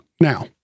Now